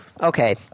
Okay